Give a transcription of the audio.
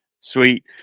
Sweet